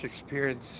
experience